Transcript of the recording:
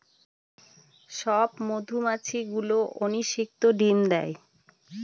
সব মধুমাছি গুলো অনিষিক্ত ডিম দেয়